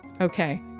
okay